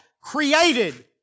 created